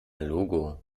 logo